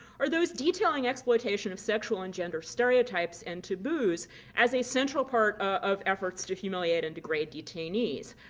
are those detailing exploitation of sexual and gender stereotypes and taboos as a central part of efforts to humiliate and degrade detainees.